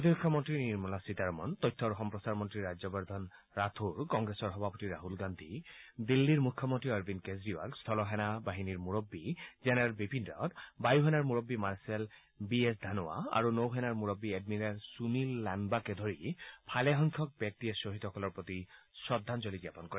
প্ৰতিৰক্ষা মন্ত্ৰী নিৰ্মলা সীতাৰমন তথ্য আৰু সম্প্ৰচাৰ মন্ত্ৰী ৰাজ্যবৰ্ধন ৰাথোন কংগ্ৰেছৰ সভাপতি ৰাহুল গান্ধী দিল্লীৰ মুখ্যমন্ত্ৰী অৰৱিন্দ কেজৰিৱাল স্থল সেনাৰ মুৰববী জেনেৰেল বিপিন ৰাৱট বাযুসেনাৰ মুৰবী মাৰ্চেল বি এছ ধানোৱা আৰু নৌসেনাৰ মুৰববী এডমিৰেল সুনীল লানবাকে ধৰি ভালেসংখ্যক ব্যক্তিয়ে খ্বহীদসকলৰ প্ৰতি শ্ৰদ্ধাঞ্জলি জ্ঞাপন কৰে